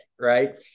right